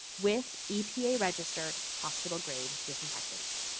with epa-registered hospital-grade disinfectants.